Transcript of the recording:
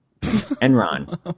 Enron